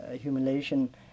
humiliation